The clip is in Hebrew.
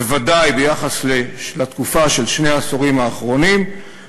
בוודאי ביחס לתקופה של שני העשורים האחרונים,